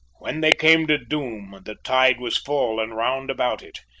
when they came to doom the tide was full and round about it,